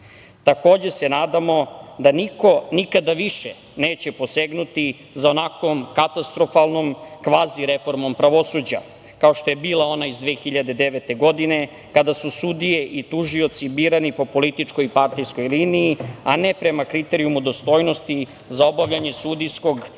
se nadamo da niko nikada više neće posegnuti za onakvom katastrofalnom, kvazi reformom pravosuđa, kao što je bila ona iz 2009. godine kada su sudije i tužioci birani po političkoj i partijskoj liniji, a ne prema kriterijumu dostojnosti za obavljanje sudijskog ili